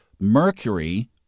Mercury